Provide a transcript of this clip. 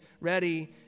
ready